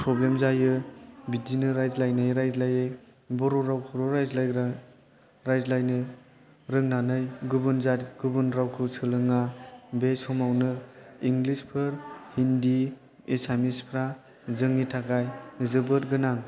problem जायो बिदिनो रायज्लायै रायज्लायै बर' रावखौल' रायज्लायग्रा रायज्लायनो रोंनानै गुबुन रावखौ सोलोङा बे समावनो इंलिस फोर हिन्दि एसामिसफोरा जोंनि थाखाय जोबोद गोनां